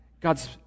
God's